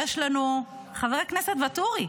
חבר הכנסת ואטורי,